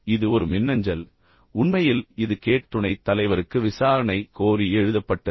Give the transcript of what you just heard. இது ஒரு மின்னஞ்சல் உண்மையில் இது கேட் துணைத் தலைவருக்கு விசாரணை கோரி எழுதப்பட்டது